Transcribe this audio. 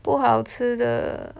不好吃的